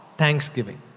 thanksgiving